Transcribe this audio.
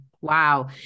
wow